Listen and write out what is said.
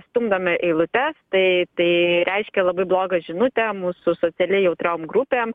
stumdome eilutes tai tai reiškia labai blogą žinutę mūsų socialiai jautriom grupėm